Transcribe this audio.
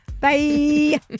Bye